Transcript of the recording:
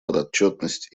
подотчетность